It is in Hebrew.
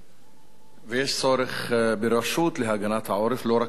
ויש צורך ברשות להגנת העורף, לא רק משרד.